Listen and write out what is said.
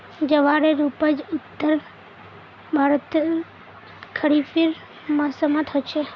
ज्वारेर उपज उत्तर भर्तोत खरिफेर मौसमोट होचे